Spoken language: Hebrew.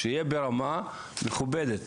שיהיה ברמה מכבדת.